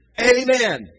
Amen